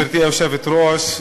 גברתי היושבת-ראש,